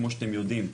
כמו שאתם יודעים,